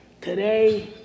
today